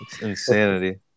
insanity